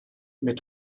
mais